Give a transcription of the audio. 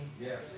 Yes